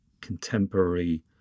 contemporary